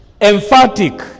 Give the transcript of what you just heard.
emphatic